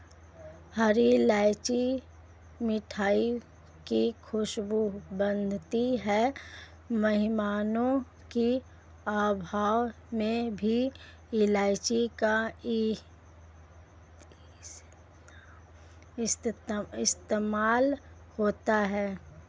हरी इलायची मिठाइयों की खुशबू बढ़ाती है मेहमानों की आवभगत में भी इलायची का इस्तेमाल होता है